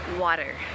Water